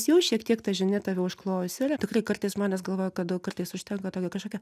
nes jau šiek tiek ta žinia tave užklojus yra tikrai kartais žmonės galvoja kad gal kartais užtenka tokio kažkokio